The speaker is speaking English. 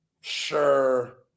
sure